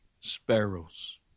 sparrows